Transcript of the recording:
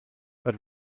but